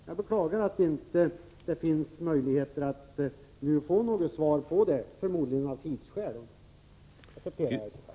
Jag beklagar att det nu inte finns möjlighet att få något besked i dessa frågor, men skälet till det är förmodligen tidsbrist.